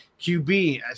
QB